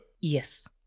Yes